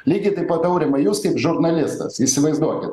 lygiai taip pat aurimai jūs kaip žurnalistas įsivaizduokit